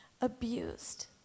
abused